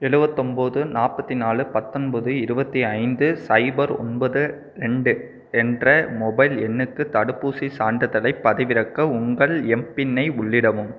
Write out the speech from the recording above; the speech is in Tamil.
எழுபத்தொம்பது நாற்பத்தி நாலு பத்தொன்பது இருபத்தி ஐந்து சைபர் ஒன்பது ரெண்டு என்ற மொபைல் எண்ணுக்கு தடுப்பூசிச் சான்றிதழைப் பதிவிறக்க உங்கள் எம்பின் ஐ உள்ளிடவும்